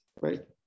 right